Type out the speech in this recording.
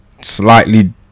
slightly